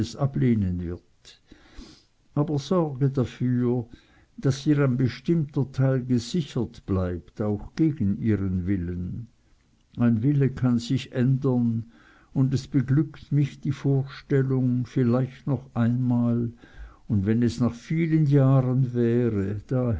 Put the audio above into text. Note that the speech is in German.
ablehnen wird aber sorge dafür daß ihr ein bestimmter teil gesichert bleibt auch gegen ihren willen ein wille kann sich ändern und es beglückt mich die vorstellung vielleicht noch einmal und wenn es nach vielen jahren wäre da